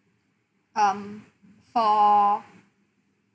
um for